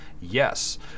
Yes